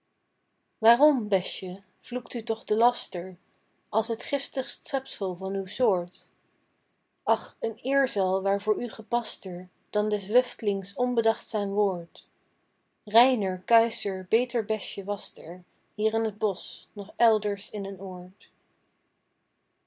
waarom besje vloekt u toch de laster als het giftigst schepsel van uw soort ach een eerzuil waar voor u gepaster dan des wuftlings onbedachtzaam woord reiner kuischer beter besje wast er hier in t bosch noch elders in een oord